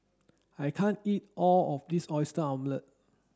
I can't eat all of this oyster omelette